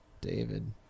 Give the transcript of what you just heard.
David